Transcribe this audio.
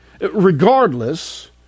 Regardless